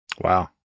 wow